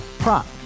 Prop